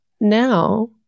now –